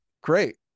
Great